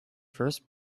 first